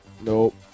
Nope